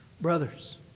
Brothers